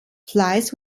flies